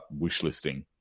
wishlisting